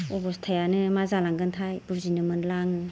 अबस्थायानो मा जालांगोनथाय बुजिनो मोनला आङो